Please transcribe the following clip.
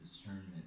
discernment